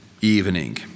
evening